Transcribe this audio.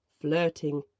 flirting